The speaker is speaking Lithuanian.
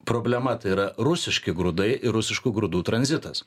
problema tai yra rusiški grūdai ir rusiškų grūdų tranzitas